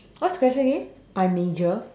what's the question again my major